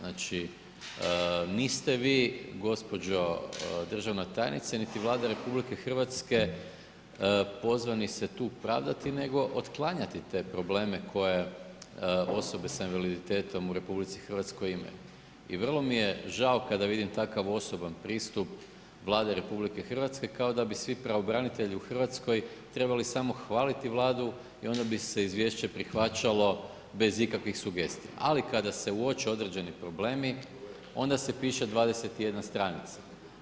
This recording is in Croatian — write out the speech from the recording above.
Niste vi gospođo državna tajnice, niti Vlada RH pozvani se tu pravdati, nego otklanjati te probleme koje osobe s invaliditetom u RH imaju i vrlo mi je žao kada vidim takav osoban pristup Vlade RH kao da bi svi pravobranitelji u Hrvatskoj trebali samo hvaliti Vladu i onda bi se izvješće prihvaćalo bez ikakvih sugestija, ali kada se uoče određeni problemi onda se piše 21 stranice.